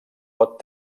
pot